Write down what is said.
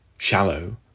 shallow